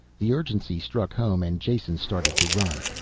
the urgency struck home and jason started to run.